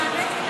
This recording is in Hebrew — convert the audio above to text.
נאמץ את,